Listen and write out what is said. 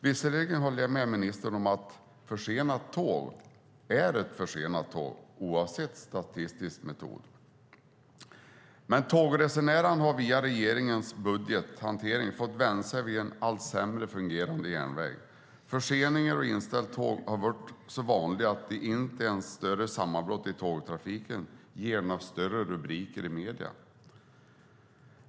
Visserligen håller jag med ministern om att ett försenat tåg är ett försenat tåg oavsett statistisk metod. Men tågresenären har via regeringens budgethantering fått vänja sig vid en allt sämre fungerande järnväg. Förseningar och inställda tåg har varit så vanliga att inte ens större sammanbrott i tågtrafiken ger några större rubriker i medierna.